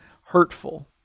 hurtful